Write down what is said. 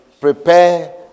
prepare